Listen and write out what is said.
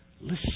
listen